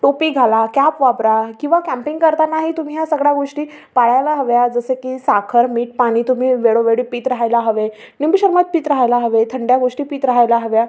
टोपी घाला क्याप वापरा किंवा कॅम्पिंग करतानाही तुम्ही ह्या सगळ्या गोष्टी पाळायला हव्या जसे की साखर मीठ पाणी तुम्ही वेळोवेळी पीत राहायला हवे निंबू सरबत पीत राहायला हवे थंड्या गोष्टी पीत राहायला हव्या